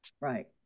Right